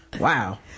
Wow